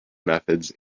methods